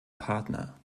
partner